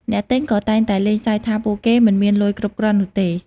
អ្នកទិញក៏តែងតែលេងសើចថាពួកគេមិនមានលុយគ្រប់គ្រាន់នោះទេ។